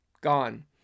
gone